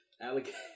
Alligator